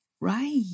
Right